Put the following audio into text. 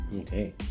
Okay